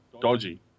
dodgy